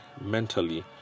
mentally